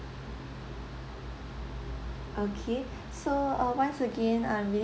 okay so uh once again I'm really